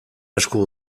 esku